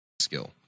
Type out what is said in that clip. Skill